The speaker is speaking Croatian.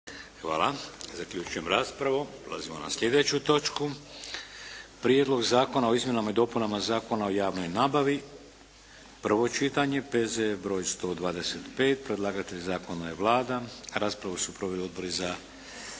Vladimir (HDZ)** Prelazimo na sljedeću točku - Prijedlog zakona o izmjenama i dopunama Zakona o javnoj nabavi, prvo čitanje, P.Z.E. br. 125 Predlagatelj zakona je Vlada. Raspravu su proveli Odbori za europske